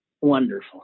wonderful